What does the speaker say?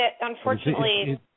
unfortunately